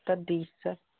তা ডিসচার্জ